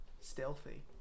stealthy